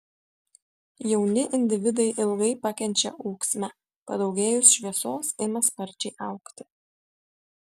jauni individai ilgai pakenčia ūksmę padaugėjus šviesos ima sparčiai augti